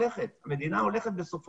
מדברים פה